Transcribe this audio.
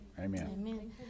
Amen